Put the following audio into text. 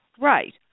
Right